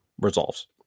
resolves